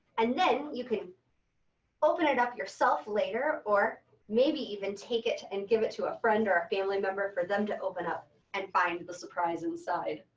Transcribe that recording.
and then you can open it up yourself later, or maybe even take it to and give it to a friend or a family member for them to open up and find the surprise inside.